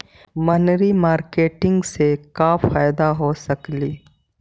मनरी मारकेटिग से क्या फायदा हो सकेली?